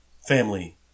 Family